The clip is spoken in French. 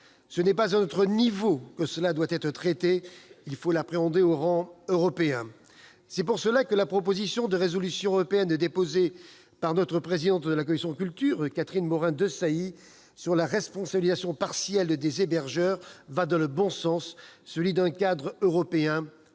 Ce n'est pas à notre niveau que cette question doit être traitée ; il faut l'appréhender au niveau européen. C'est pour cette raison que la proposition de résolution européenne déposée par la présidente de la commission de la culture, Mme Catherine Morin-Desailly, sur la responsabilisation partielle des hébergeurs va dans le bon sens, celui d'un cadre européen unifié.